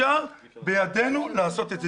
בידינו לעשות את זה.